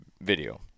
video